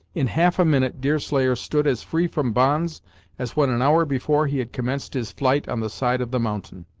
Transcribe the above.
in half a minute deerslayer stood as free from bonds as when an hour before he had commenced his flight on the side of the mountain.